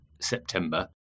September